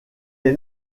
est